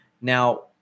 Now